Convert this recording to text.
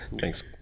Thanks